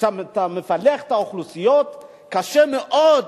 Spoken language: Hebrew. כשאתה מחנך את האוכלוסיות קשה מאוד